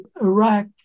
Iraq